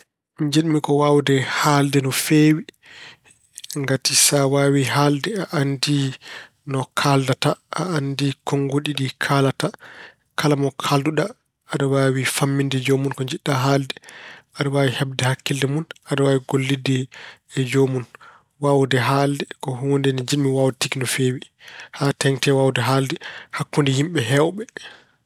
Jiɗmi ko waawde haalde no feewi ngati sa waawi haalde, a anndi no kaaldata. A anndi konnguɗi ɗi kaalata, kala mo kaalduɗa, aɗa waawi faaminde joomum ko njiɗa haalde. Aɗa waawi heɓde hakkille mun. Aɗa waawi gollitde e joomum. Waawde haalde ko huunde nde njimɗi waawde no feewi, haa teeŋti e waawde haalde e hakkunde yimɓe heewɓe.